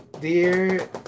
dear